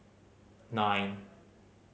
nine